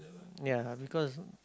ya because